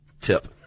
tip